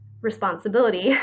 responsibility